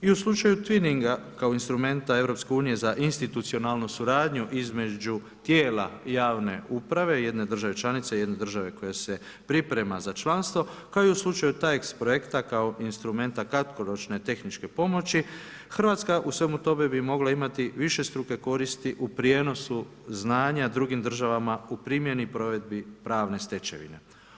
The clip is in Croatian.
I u slučaju Twinninga kao instrumenta EU za institucionalnu suradnju između tijela i javne uprave, jedne države članice, jedne države koja se priprema za članstvo, kao i u slučaju taex projekta kao instrumenta kratkoročne tehničke pomoći, Hrvatska u svemu tome bi mogla imati višestruke koristi u prijenosu znanja drugim državama u primjeni provedbi pravne stečevine.